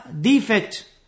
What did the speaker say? defect